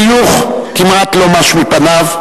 החיוך כמעט לא מש מפניו,